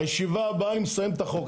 ישיבה הבאה אני מסיים את החוק.